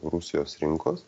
rusijos rinkos